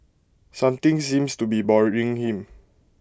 something seems to be bothering him